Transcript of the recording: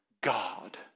God